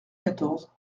quatorze